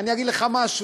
אני אגיד לך משהו.